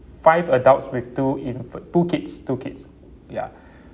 five adults with two in~ two kids two kids ya